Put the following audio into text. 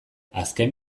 azken